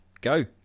Go